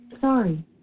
Sorry